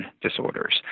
disorders